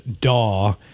DAW